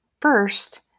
First